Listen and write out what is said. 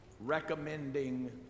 recommending